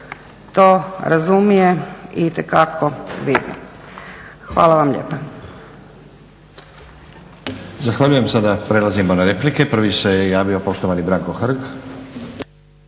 to razumije i itekako vidi. Hvala vam lijepa.